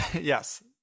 Yes